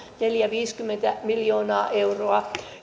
viiva viisikymmentä miljoonaa euroa